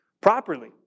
properly